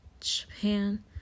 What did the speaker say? Japan